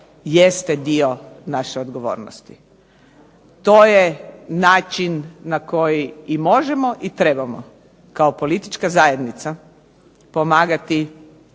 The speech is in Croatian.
jeste dio naše odgovornosti. To je način na koji i možemo i trebamo kao politička zajednica pomagati